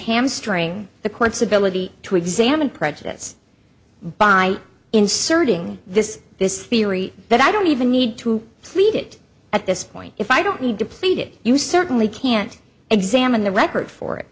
hamstring the courts ability to examine prejudice by inserting this this theory that i don't even need to read it at this point if i don't need to plead it you certainly can't examine the record for it